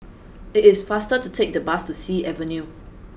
it is faster to take the bus to Sea Avenue